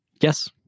yes